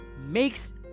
makes